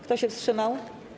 Kto się wstrzymał?